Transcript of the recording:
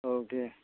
औ दे